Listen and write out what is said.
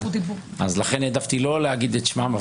לכן העדפתי לא להגיד את שמם,